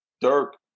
Dirk